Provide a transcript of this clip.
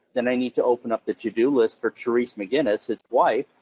then i need to open up the to do list for therese mcginnes, his wife,